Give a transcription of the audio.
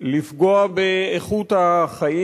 לפגוע באיכות החיים,